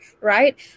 right